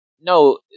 no